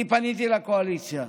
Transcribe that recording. אני פניתי לקואליציה,